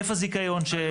שטח הזיכיון,